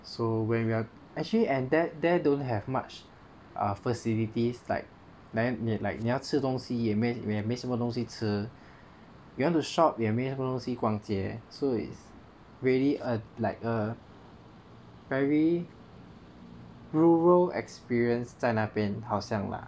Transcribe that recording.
so when we are actually at there there don't have much err facilities like then like 你要吃东西也没没什么东西吃 you want to shop 也没有那么多东西逛街 so is really a like a very rural experience 在那边好像 lah